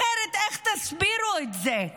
אחרת, איך תסבירו את זה?